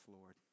Lord